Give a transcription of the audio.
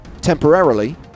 temporarily